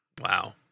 Wow